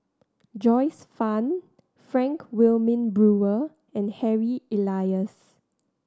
Joyce Fan Frank Wilmin Brewer and Harry Elias